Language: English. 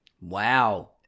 Wow